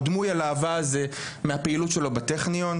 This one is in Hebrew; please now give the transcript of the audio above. או דמוי הלהבה הזה מהפעילות שלו בטכניון,